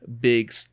big